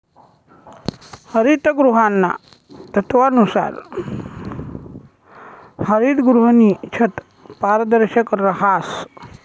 हरितगृहाना तत्वानुसार हरितगृहनी छत पारदर्शक रहास